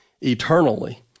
eternally